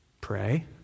pray